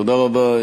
תודה רבה.